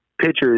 pitchers